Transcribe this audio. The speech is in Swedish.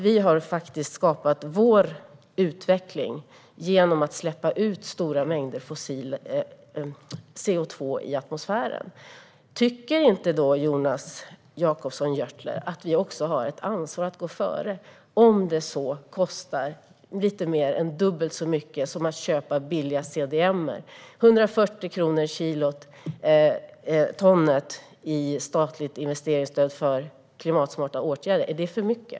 Vi har faktiskt skapat vår utveckling genom att släppa ut stora mängder CO2 i atmosfären. Tycker inte Jonas Jacobsson Gjörtler att vi då också har ett ansvar att gå före, även om det kostar lite mer än dubbelt så mycket som att köpa billiga CDM-projekt? Är 140 kronor kilot per ton i statligt investeringsstöd för klimatsmarta åtgärder för mycket?